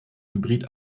hybrid